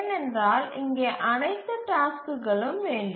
ஏனென்றால் இங்கே அனைத்து டாஸ்க்குகளும் வேண்டும்